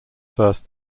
first